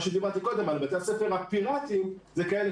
מה שדיברתי קודם על בתי הספר הפיראטיים זה כאלה